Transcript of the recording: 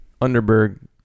Underberg